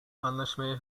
anlaşmayı